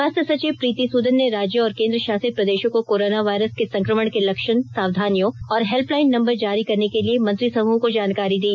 स्वास्थ्य सचिव प्रीति सूदन ने राज्यों और केन्द्र शासित प्रदेशों को कोरोना वायरस के संक्रमण के लक्षण सावधानियों और हेल्प लाइन नंबर जारी करने के लिए मंत्री समूह को जानकारी दी